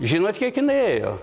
žinot kiek jinai ėjo